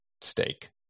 steak